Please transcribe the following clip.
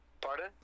Pardon